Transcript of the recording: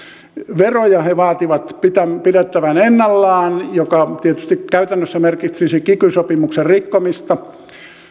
veroja he vaativat pidettäväksi ennallaan mikä tietysti käytännössä merkitsisi kiky sopimuksen rikkomista